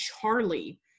Charlie